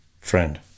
Friend